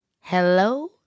Hello